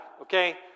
okay